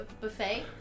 Buffet